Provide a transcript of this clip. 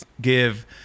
give